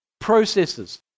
processes